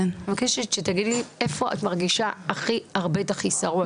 אני מבקשת שתגידי לי איפה את מרגישה הכי הרבה את החיסרון.